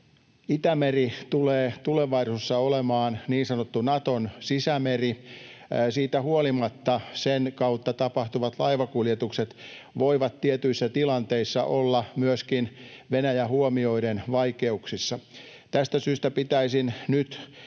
Itämeri tulee tulevaisuudessa olemaan niin sanottu Naton sisämeri. Siitä huolimatta sen kautta tapahtuvat laivakuljetukset voivat tietyissä tilanteissa olla, myöskin Venäjä huomioiden, vaikeuksissa. Tästä syystä pitäisin nyt